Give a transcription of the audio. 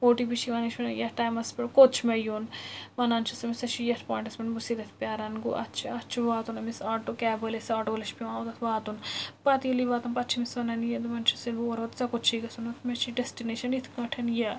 او T P چھُ یوان یہِ چھِ وَنان یَتھ ٹایمَس پٮ۪ٹھ کوٚت چھُ مےٚ یُن وَنان چھِس أمِس ژےٚ چھُے یَتھ پۄاینٛٹَس پٮ۪ٹھ بہٕ چھیٚس ییٚتیٚتھ پیٛاران گوٚو اَتھ چھُ اَتھ چھُ واتُن أمِس آٹو کیب وٲلِس آٹو وٲلِس چھُ پیٚوان اوٚتَتھ واتُن پَتہٕ ییٚلہِ یہِ واتان پَتہٕ چھِ أمِس وَنان یہِ دپان چھُس ییٚلہِ بہٕ اور ووتُس ژےٚ کوٚت چھُے گژھُن مےٚ چھِ ڈیٚسٹنیش یِتھ کٲٹھۍ یہِ